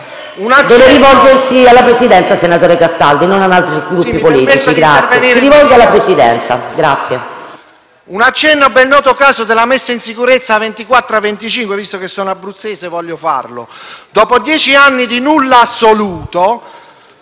Un accenno al ben noto caso della messa in sicurezza della A24 e la A25, visto che sono abruzzese, voglio farlo. Dopo dieci anni di nulla assoluto,